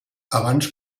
abans